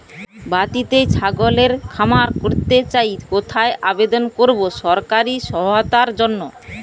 বাতিতেই ছাগলের খামার করতে চাই কোথায় আবেদন করব সরকারি সহায়তার জন্য?